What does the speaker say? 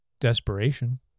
desperation